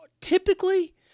typically